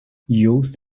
youth